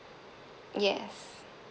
yes